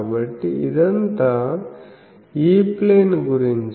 కాబట్టి ఇదంతా E plane గురించి